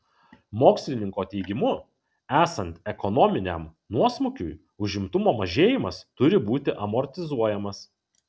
mokslininko teigimu esant ekonominiam nuosmukiui užimtumo mažėjimas turi būti amortizuojamas